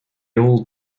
old